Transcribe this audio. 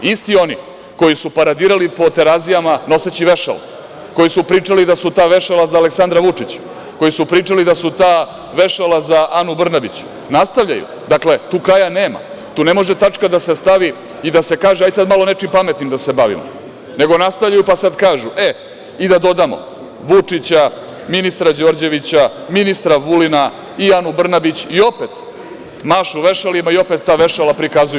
Isti oni, koji su paradirali po Terazijama noseći vešala, koji su pričali da su ta vešala za Aleksandra Vučića, koji su pričali da su ta vešala za Anu Brnabić, nastavljaju, tu kraja nema, tu ne može tačka da se stavi i da se kaže – hajde sad malo nečim pametnim da se bavimo, nego nastavljaju, pa sad kažu – e, i da dodamo Vučića, ministra Đorđevića, ministra Vulina i Anu Brnabić, i opet mašu vešalima i opet ta vešala prikazuju.